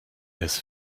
his